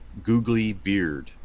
googlybeard